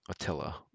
Attila